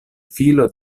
filo